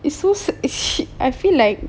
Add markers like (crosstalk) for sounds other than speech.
is so (laughs) I feel like